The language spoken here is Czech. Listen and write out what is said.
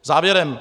Závěrem.